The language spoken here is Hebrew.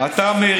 את מי?